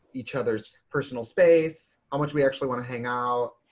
each other's personal space, how much we actually want to hang out.